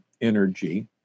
energy